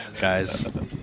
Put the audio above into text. guys